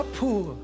poor